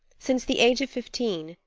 since the age of fifteen,